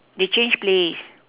they change place